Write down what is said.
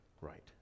right